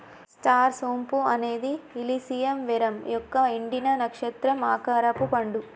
star సోంపు అనేది Illicium verum యొక్క ఎండిన, నక్షత్రం ఆకారపు పండు